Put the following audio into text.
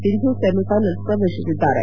Sindhu semifinal ಪ್ರವೇಶಿಸಿದ್ದಾರೆ